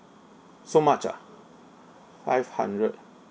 so much ah five hundred ah